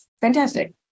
fantastic